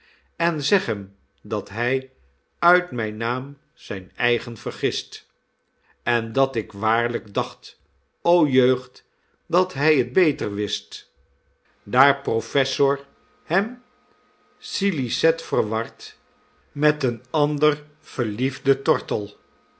en zeg hem dat hy uit mijn naam zijn eigen vergist en dat ik waarlijk dacht o jeugd dat hy t beter wist daar professor hem scilicet verwart met een ander verliefden tortel